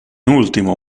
ultimo